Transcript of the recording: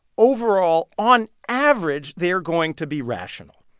overall on average, they're going to be rational.